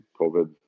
COVID